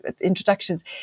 introductions